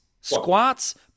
squats